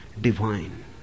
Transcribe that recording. divine